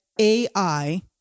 ai